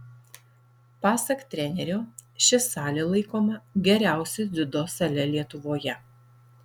pasak trenerio ši salė laikoma geriausia dziudo sale lietuvoje